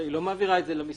היא לא מעבירה את זה למשרדים,